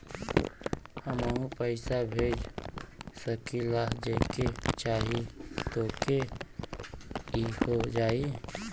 हमहू पैसा भेज सकीला जेके चाही तोके ई हो जाई?